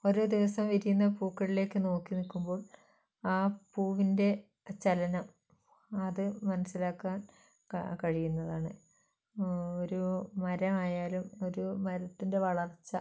ഓരോ ദിവസം വിരിയുന്ന പൂക്കളിലേക്ക് നോക്കി നിൽക്കുമ്പോൾ ആ പൂവിൻ്റെ ചലനം ആ അത് മനസ്സിലാക്കാൻ കഴിയുന്നതാണ് ഒരു മരമായാലും ഒരു മരത്തിൻ്റെ വളർച്ച